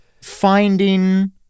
finding